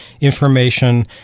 information